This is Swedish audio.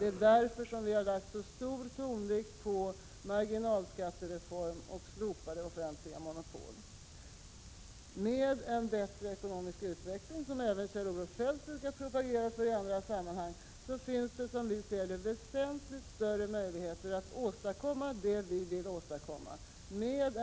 Det är därför som vi har lagt så stor tonvikt vid en marginalskattereform och slopande av offentliga monopol. Med en bättre ekonomisk utveckling, som även Kjell-Olof Feldt brukar propagera för i andra sammanhang, finns det som vi ser det väsentligt större möjligheter att åstadkomma det som vi vill åstadkomma, inkl.